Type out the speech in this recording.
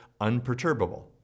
unperturbable